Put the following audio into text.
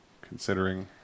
considering